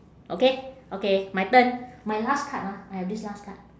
okay okay my turn my last card ah I have this last card